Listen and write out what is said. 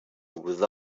with